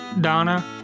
Donna